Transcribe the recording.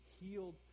healed